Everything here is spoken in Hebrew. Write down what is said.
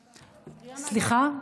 סליחה.